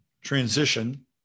Transition